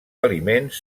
aliments